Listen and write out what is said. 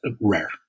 rare